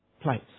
place